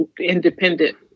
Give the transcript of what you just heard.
independent